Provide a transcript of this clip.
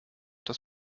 das